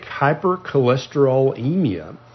hypercholesterolemia